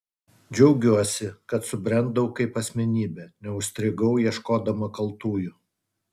džiaugiuosi kad subrendau kaip asmenybė neužstrigau ieškodama kaltųjų